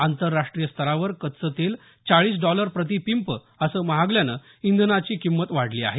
आंतरराष्ट्रीय स्तरावर कच्चं तेल चाळीस डॉलर प्रतपिंप असं महागल्यानं इंधनांची किंमत वाढली आहे